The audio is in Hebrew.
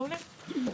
מעולה.